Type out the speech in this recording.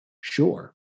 sure